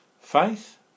Faith